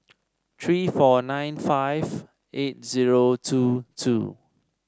three four nine five eight zero two two